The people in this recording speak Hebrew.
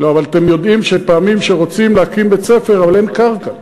אבל אתם יודעים שפעמים כשרוצים להקים בית-ספר אין קרקע,